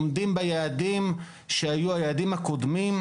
עומדים ביעדים הקודמים.